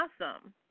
awesome